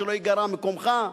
שלא ייגרע מקומך,